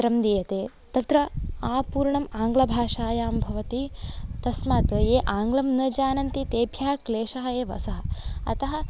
पत्रं दीयते तत्र आपूर्णम् आङ्ग्लभाषायां भवति तस्मात् ये आङ्ग्लं न जानन्ति तेभ्यः क्लेशः एव सः अतः